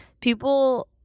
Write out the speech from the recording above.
people